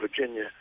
Virginia